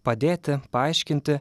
padėti paaiškinti